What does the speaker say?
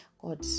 god